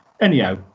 Anyhow